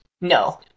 No